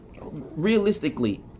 Realistically